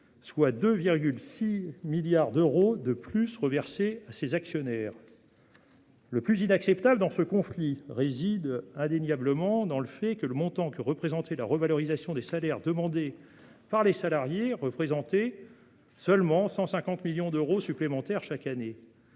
soit 2,62 milliards d'euros supplémentaires reversés à ses actionnaires. Le plus inacceptable dans ce conflit réside indéniablement dans le fait que la revalorisation salariale demandée par les grévistes représentait seulement 150 millions d'euros supplémentaires chaque année